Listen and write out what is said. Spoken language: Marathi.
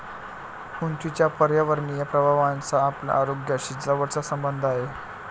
उंचीच्या पर्यावरणीय प्रभावाचा आपल्या आरोग्याशी जवळचा संबंध आहे